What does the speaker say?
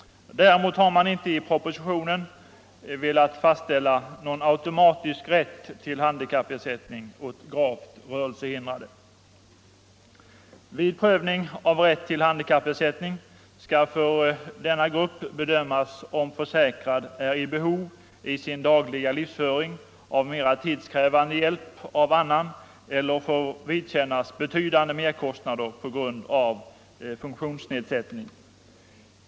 Däremot har man inte i propositionen velat fastställa någon automatisk rätt till handikappersättning åt gravt rörelsehindrade. Vid prövning av rätten till handikappersättning skall för denna grupp bedömas om försäkrad i sin dagliga livsföring är i behov av mera tidskrävande hjälp av annan eller får vidkännas betydande merkostnader på grund av funktionsnedsättning.